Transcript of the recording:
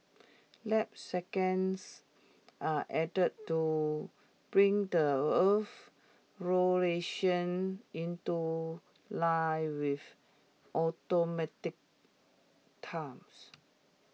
leap seconds are added to bring the Earth's rotation into line with automatic times